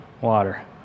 water